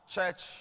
Church